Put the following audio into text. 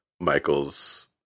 michael's